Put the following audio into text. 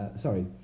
Sorry